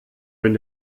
wenn